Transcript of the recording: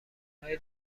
های